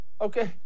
Okay